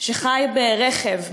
שחי ברכב,